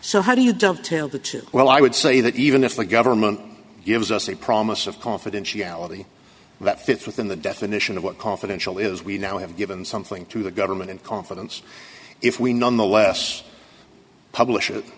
so how do you don't tell that to well i would say that even if the government gives us a promise of confidentiality that fits within the definition of what confidential is we now have given something to the government in confidence if we nonetheless publish